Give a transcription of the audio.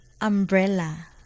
umbrella